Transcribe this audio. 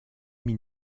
mit